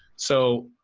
so,